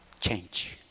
change